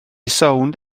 sownd